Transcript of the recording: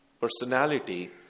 personality